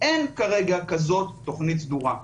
אין כרגע כזאת תכנית סדורה.